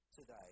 today